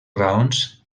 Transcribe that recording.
raons